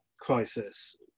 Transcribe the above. crisis